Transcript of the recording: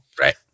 Right